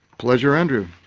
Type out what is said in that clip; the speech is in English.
pleasure andrew.